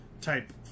type